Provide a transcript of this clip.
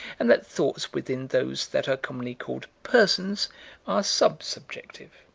and that thoughts within those that are commonly called persons are sub-subjective.